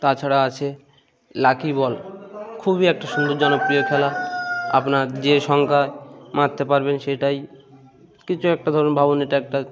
তাছাড়া আছে lucky ball খুবই একটা সুন্দর জনপ্রিয় খেলা আপনার যে সংখ্যা মারতে পারবেন সেটাই কিছু একটা ধরুন ভাবুন এটা একটা